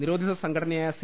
നിരോധിത സംഘടനയായ സി